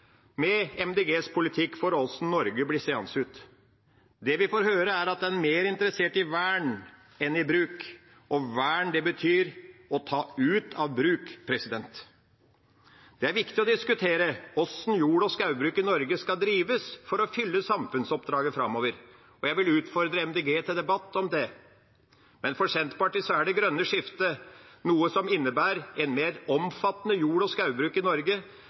MDGs politikk for hvordan Norge blir seende ut? Det vi får høre, er at en er mer interessert i vern enn i bruk, og vern betyr å ta ut av bruk. Det er viktig å diskutere hvordan jord- og skaubruk i Norge skal drives for å fylle samfunnsoppdraget framover, og jeg vil utfordre MDG til debatt om det. For Senterpartiet er det grønne skiftet noe som innebærer et mer omfattende jord- og skaubruk i Norge.